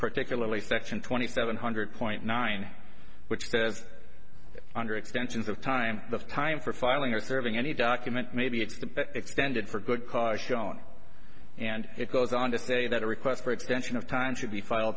particularly section twenty seven hundred point nine which says that under extensions of time the time for filing or serving any document maybe it's the extended for good cause shown and it goes on to say that a request for extension of time should be fi